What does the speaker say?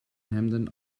hemden